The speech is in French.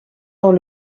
dans